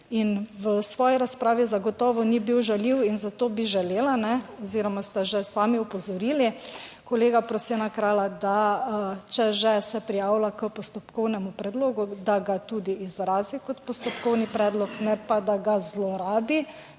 In v svoji razpravi zagotovo ni bil žaljiv in zato bi želela oziroma ste že sami opozorili kolega Prosena Kralja, da če že se prijavlja k postopkovnemu predlogu, da ga tudi izrazi kot postopkovni predlog, ne pa da ga zlorabi